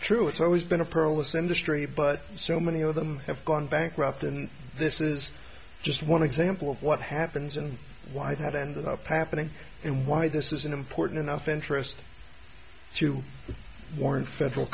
true it's always been a perilous industry but so many of them have gone bankrupt and this is just one example of what happens and why it had ended up happening and why this is an important enough interest to warrant federal